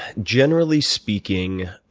generally speaking